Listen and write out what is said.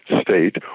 state